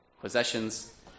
possessions